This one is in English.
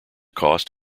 cost